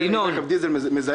אז הוא ייסע ברכב דיזל מזהם?